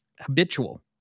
habitual